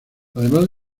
además